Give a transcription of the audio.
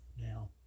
Now